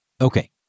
Okay